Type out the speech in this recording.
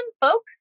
folk